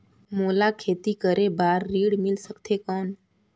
मोला खेती करे बार ऋण मिल सकथे कौन?